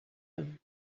him